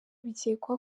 bikekwa